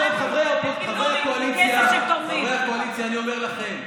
חברי הקואליציה, אני אומר לכם,